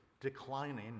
declining